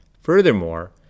Furthermore